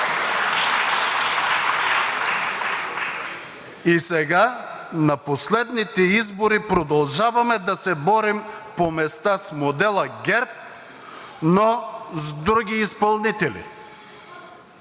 И сега – на последните избори, продължихме да се борим по места с модела ГЕРБ, но с други изпълнители.